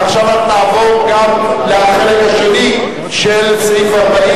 עכשיו נעבור גם לחלק השני של סעיף 40,